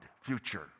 future